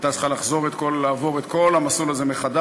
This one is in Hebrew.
והייתה צריכה לעבור את כל המסלול הזה מחדש.